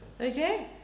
Okay